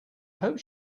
hope